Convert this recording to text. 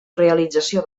realització